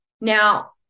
Now